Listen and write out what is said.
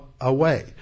away